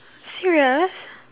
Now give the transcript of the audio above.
serious